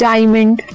Diamond